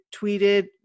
tweeted